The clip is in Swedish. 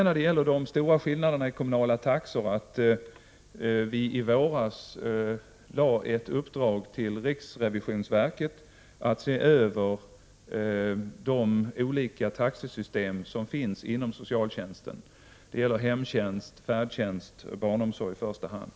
När det gäller de stora skillnaderna i kommunala taxor vill jag säga att vi i våras gav riksrevisionsverket i uppdrag att se över de olika taxesystem som finns inom socialtjänsten — det gäller hemtjänst, färdtjänst och barnomsorg i första hand.